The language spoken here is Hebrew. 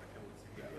ההצעה